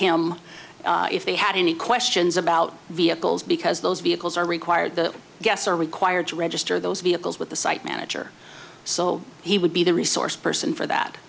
him if they had any questions about vehicles because those vehicles are required the guests are required to register those vehicles with the site manager so he would be the resource person for that